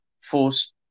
force